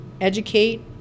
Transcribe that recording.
educate